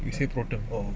they say pro ton